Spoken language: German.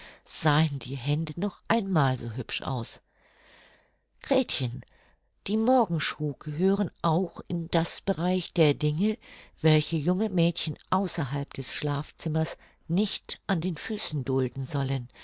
sahen die hände noch einmal so hübsch aus gretchen die morgenschuh gehören auch in das bereich der dinge welche junge mädchen außerhalb des schlafzimmers nicht an den füßen dulden sollen